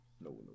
No